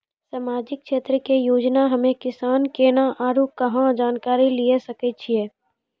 समाजिक क्षेत्र के योजना हम्मे किसान केना आरू कहाँ जानकारी लिये सकय छियै?